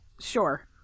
Sure